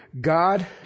God